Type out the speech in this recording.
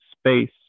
space